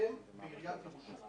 להילחם בעיריית ירושלים